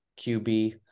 QB